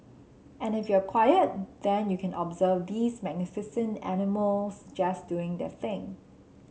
and if you're quiet then you can observe these magnificent animals just doing their thing